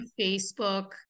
Facebook